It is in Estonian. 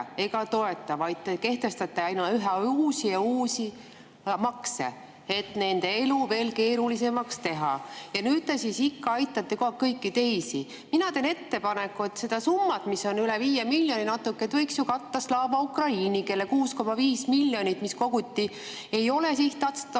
ega toeta, vaid te kehtestate aina uusi ja uusi makse, et nende elu veel keerulisemaks teha. Ja nüüd te siis ikka aitate kogu aeg kõiki teisi. Mina teen ettepaneku, et seda summat, mis on natuke üle 5 miljoni [euro], võiks ju katta Slava Ukraini, kelle 6,5 miljonit [eurot], mis koguti, ei ole sihtotstarbeliselt